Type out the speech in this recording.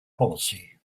policy